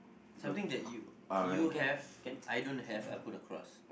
something that you you have I don't have I put a cross